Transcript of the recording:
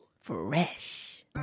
Fresh